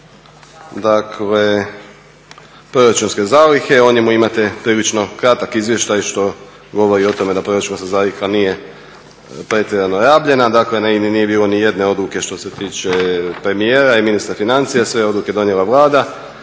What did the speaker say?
tiče proračunske zalihe, o njemu imate prilično kratak izvještaj što govori o tome da proračunska zaliha nije pretjerano rabljena. Dakle na INA-i nije bilo nijedne odluke što se tiče premijera i ministra financija, sve je odluke donijela Vlada